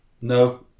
No